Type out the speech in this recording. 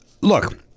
Look